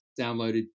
downloaded